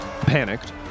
panicked